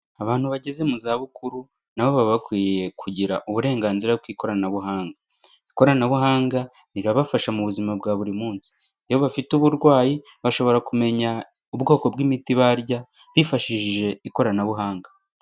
Abantu bageze mu zabukuru na bo baba bakwiye kugira uburenganzira ku ikoranabuhanga. Ikoranabuhanga rirabafasha mu buzima bwa buri munsi, iyo bafite uburwayi bashobora kumenya ubwoko bw'imiti barya, bifashishije ikoranabuhanga.